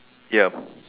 ya